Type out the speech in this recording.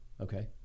Okay